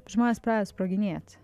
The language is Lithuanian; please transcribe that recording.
žmonės pradeda sproginėt